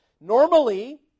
Normally